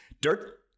dirt